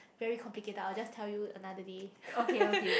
very complicated I will just tell you another day